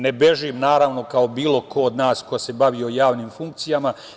Ne bežim, naravno, kao bilo ko od nas ko se bavio javnim funkcijama.